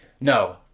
no